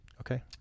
Okay